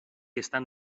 estan